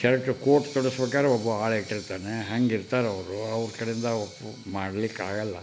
correct coat ತೊಡಿಸ್ಬೇಕಾದ್ರೆ ಒಬ್ಬ ಆಳು ಇಟ್ಟಿರ್ತಾನೆ ಹಂಗೆ ಇರ್ತಾರವ್ರು ಅವರ ಕಡೆಯಿಂದ ಮಾಡಲಿಕ್ಕಾಗೋಲ್ಲ